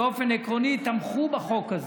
באופן עקרוני תמכו בחוק הזה.